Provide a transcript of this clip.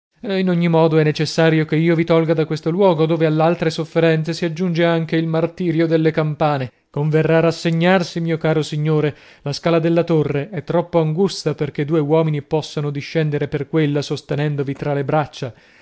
situazione in ogni modo è necessario che io vi tolga da questo luogo dove all'altre sofferenze si aggiunge anche il martirio delle campane converrà rassegnarsi mio caro signore la scala della torre è troppo angusta perché due uomini possano discendere per quella sostenendovi tra le braccia